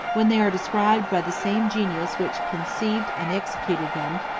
when they are described by the same genius which conceived and executed them,